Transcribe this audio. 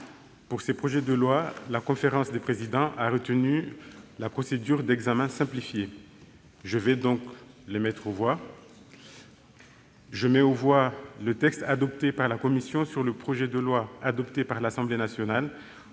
Pour ces deux projets de loi, la conférence des présidents a retenu la procédure d'examen simplifié. Je vais donc les mettre aux voix successivement. Je mets aux voix le texte adopté par la commission sur le projet de loi, adopté par l'Assemblée nationale,